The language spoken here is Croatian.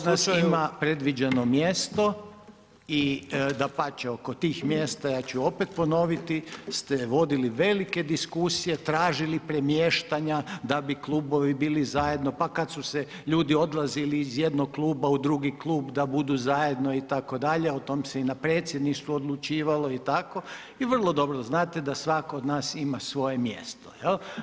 Svako od nas ima predviđeno mjesto i dapače ono tih mjesta ja ću opet ponoviti ste vodili velike diskusije, tražili premještanja da bi klubovi bili zajedno, pa kad su se ljudi odlazili iz jednog kluba u drugi klub da budu zajedno itd., o tome i na predsjedništvu odlučivalo i tako, i vrlo dobro znate da svako od nas ima svoje mjesto jel.